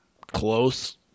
close